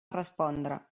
respondre